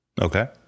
Okay